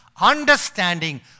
understanding